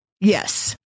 Yes